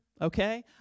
okay